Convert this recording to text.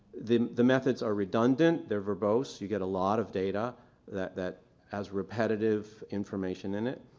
the the methods are redundant, they're verbose, you get a lot of data that that has repetitive information in it.